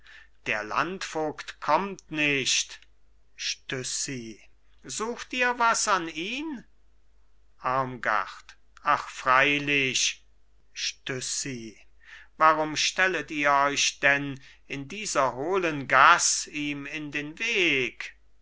der landvogt kommt nicht stüssi sucht ihr was an ihn armgard ach freilich stüssi warum stellet ihr euch denn in dieser hohlen gass ihm in den weg